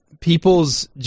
people's